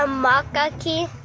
um omakakii,